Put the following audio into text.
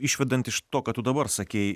išvedant iš to ką tu dabar sakei